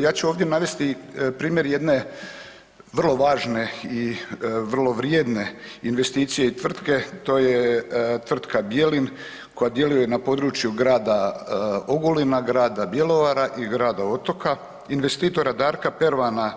Ja ću ovdje navesti primjer jedne vrlo važne i vrlo vrijedne investicije i tvrtke, to je Tvrtka „Bjelin“ koja djeluje na području Grada Ogulina, Grada Bjelovara i Grada Otoka investitora Darka Pervana,